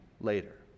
later